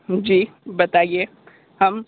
जी बताइए हम